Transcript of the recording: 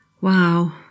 Wow